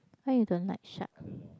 why you don't like shark